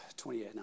28